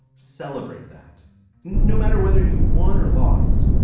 celebrate that no matter whether you won or lost.